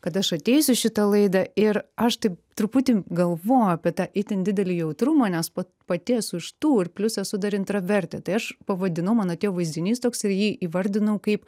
kad aš ateisiu į šitą laidą ir aš taip truputį galvoju apie tą itin didelį jautrumą nes po pati esu iš tų ir plius esu dar intravertė tai aš pavadinau mano tėvo vaizdinys toks ir jį įvardinau kaip